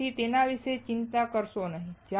તેથી તેના વિશે ચિંતા કરશો નહીં